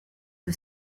que